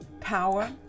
Power